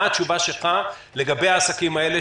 מה התשובה שלך לגבי העסקים האלה,